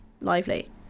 lively